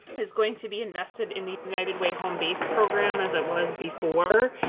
is going to be invested in the united way home base program as it was before.